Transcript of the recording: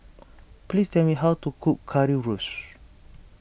please tell me how to cook Currywurst